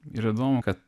ir įdomu kad